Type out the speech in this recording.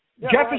Jefferson